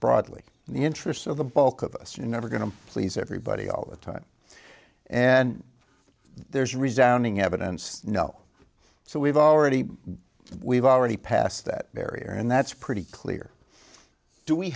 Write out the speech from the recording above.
broadly the interests of the bulk of us are never going to please everybody all the time and there's resoundingly evidence no so we've already we've already passed that barrier and that's pretty clear do we